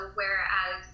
whereas